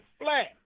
flat